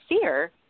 fear